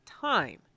time